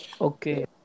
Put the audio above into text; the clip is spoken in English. Okay